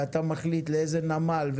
ואתה מחליט לאיזה נמל,